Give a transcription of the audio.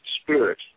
Spirit